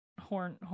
horn